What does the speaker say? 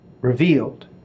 revealed